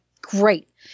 great